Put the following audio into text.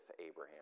Abraham